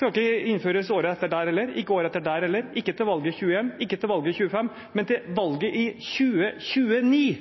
innføres året etter det eller året etter det igjen, ikke til valget i 2021 og ikke til valget i 2025. Men til valget i 2029